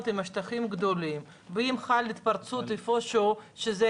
עם שטחים גדולים ואם חלה התפרצות איפה שהוא שזה